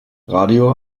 radio